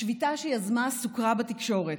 השביתה שיזמה סוקרה בתקשורת,